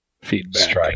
Feedback